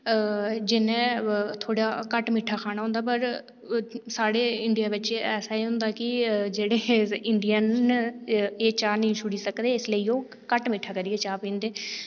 जिनें थोहड़ा घट्ट मिट्ठा खाना होंदा पर साढे इड़िया बिच्च ऐसे एह् होंदा कि जेहड़े इड़ियन ना एह् चाह् नेई छोड़ी सकदे इसलेई ओह् घट्ट मिट्ठा करियै चाह् पींदे